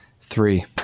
three